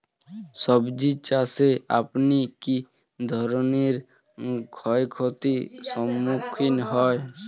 সবজী চাষে আপনি কী ধরনের ক্ষয়ক্ষতির সম্মুক্ষীণ হন?